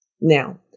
Now